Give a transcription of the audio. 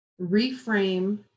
reframe